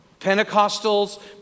Pentecostals